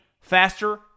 faster